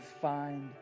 find